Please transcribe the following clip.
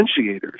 differentiators